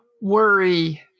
worry